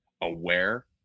aware